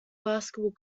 basketball